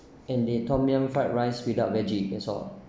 and the tom yum fried rice without veggie that's all